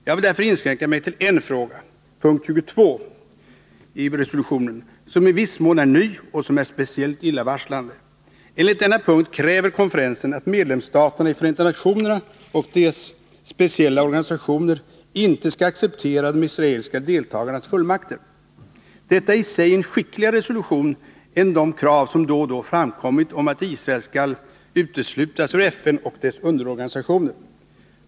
Jag vill därför inskränka mig till en fråga, punkt 22 i resolutionen, som i viss mån är ny och som är speciellt illavarslande. Under denna punkt kräver konferensen att medlemsstaterna i Förenta nationerna och dess speciella organisationer inte skall acceptera de israeliska deltagarnas fullmakter. Detta är i och för sig en skickligare resolution än de krav som då och då framkommit om att Israel skall uteslutas ur FN och dess underorganisationer.